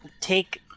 take